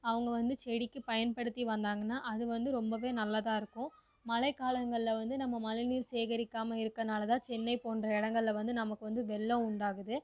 அவங்க வந்து செடிக்கு பயன்படுத்தி வந்தாங்கன்னா அது வந்து ரொம்பவே நல்லதாக இருக்கும் மழைக் காலங்களில் வந்து நம்ம மழைநீர் சேகரிக்காம இருக்கனால தான் சென்னை போன்ற இடங்கள்ல வந்து நமக்கு வந்து வெள்ளம் உண்டாகுது